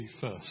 first